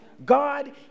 God